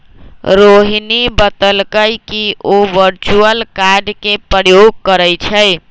रोहिणी बतलकई कि उ वर्चुअल कार्ड के प्रयोग करई छई